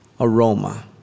aroma